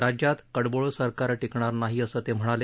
राज्यात कडबोळं सरकार टिकणार नाही असं ते म्हणाले